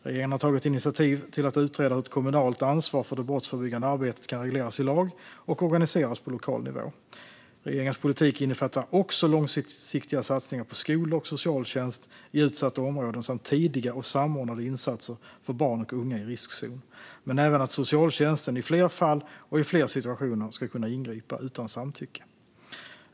Regeringen har tagit initiativ till att utreda hur ett kommunalt ansvar för det brottsförebyggande arbetet kan regleras i lag och organiseras på lokal nivå. Regeringens politik innefattar också långsiktiga satsningar på skolor och socialtjänst i utsatta områden samt tidiga och samordnade insatser för barn och unga i riskzon. Men det handlar även om att socialtjänsten i fler fall och i fler situationer ska kunna ingripa utan samtycke.